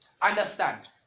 Understand